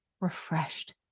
refreshed